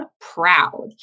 proud